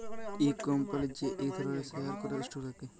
ইক কম্পলির যে ইক ধরলের শেয়ার ক্যরা স্টক থাক্যে